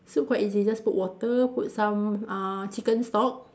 soup quite easy just put water put some uh chicken stock